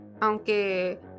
aunque